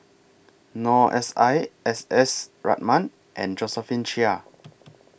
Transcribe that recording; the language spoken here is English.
Noor S I S S Ratnam and Josephine Chia